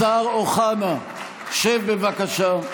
השר אוחנה, שב, בבקשה.